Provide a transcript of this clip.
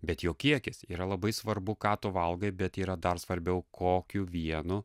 bet jo kiekis yra labai svarbu ką tu valgai bet yra dar svarbiau kokiu vienu